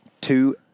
Two